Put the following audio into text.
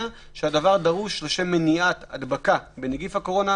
שהדבר דרוש לשם מניעת הדבקה בנגיף הקורונה,